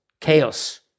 Chaos